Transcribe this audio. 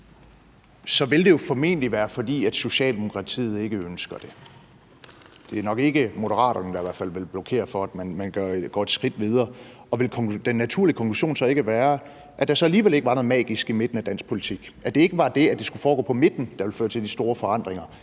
vil det jo formentlig være, fordi Socialdemokratiet ikke ønsker det. Det er nok i hvert fald ikke Moderaterne, der vil blokere for, at man går et skridt videre. Og vil den naturlige konklusion så ikke være, at der så alligevel ikke var noget magisk i midten af dansk politik, at det ikke var det, at det skulle foregå på midten, der ville føre til de store forandringer,